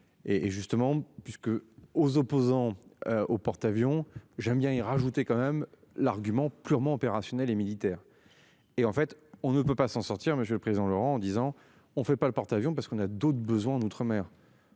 Et justement puisque aux opposants au porte-avions j'aime bien y rajouter quand même l'argument purement opérationnel et militaire. Et en fait on ne peut pas s'en sortir. Monsieur le président Laurent en disant on ne fait pas le porte-avions parce qu'on a d'autres besoin d'outre-mer.